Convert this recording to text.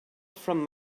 from